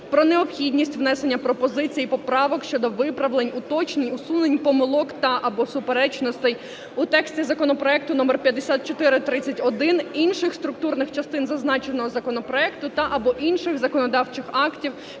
про необхідність внесення пропозицій і поправок щодо виправлень, уточнень, усунення помилок та/або суперечностей у тексті законопроекту № 5431, інших структурних частин зазначеного законопроекту та/або інших законодавчих актів,